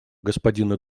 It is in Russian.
господина